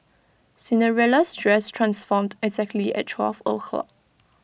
Cinderella's dress transformed exactly at twelve O' clock